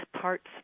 parts